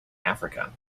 africa